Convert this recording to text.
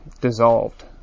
dissolved